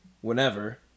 whenever